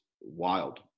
wild